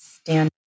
stand